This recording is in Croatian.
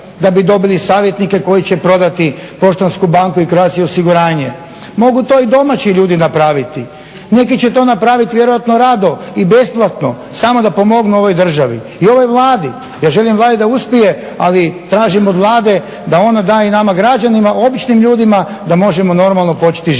da bi dobili savjetnike koji će prodati Poštansku banku i Croatia osiguranje. Mogu to i domaći ljudi napraviti. Neki će to napravit vjerojatno rado i besplatno, samo da pomognu ovoj državi i ovoj Vladi. Ja želim Vladi da uspije, ali tražim od Vlade da ona daje i nama građanima običnim ljudima da možemo normalno početi živjeti.